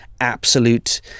absolute